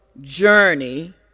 journey